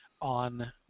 on